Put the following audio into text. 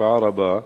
השפעה רבה.